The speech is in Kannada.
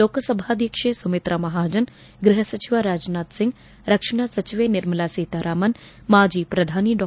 ಲೋಕಸಭಾದ್ಯಕ್ಷೆ ಸುಮಿತ್ತಾ ಮಹಾಜನ್ ಗ್ಲಪ ಸಚಿವ ರಾಜನಾಥ್ ಸಿಂಗ್ ರಕ್ಷಣಾ ಸಚಿವೆ ನಿರ್ಮಲಾ ಸೀತಾರಾಮನ್ ಮಾಜಿ ಪ್ರಧಾನಿ ಡಾ